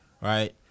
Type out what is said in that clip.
right